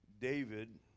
David